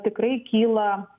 tikrai kyla